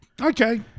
Okay